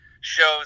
shows